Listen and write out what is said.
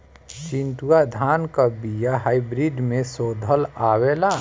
चिन्टूवा धान क बिया हाइब्रिड में शोधल आवेला?